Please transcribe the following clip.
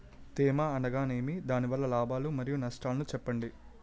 తేమ అనగానేమి? దాని వల్ల లాభాలు మరియు నష్టాలను చెప్పండి?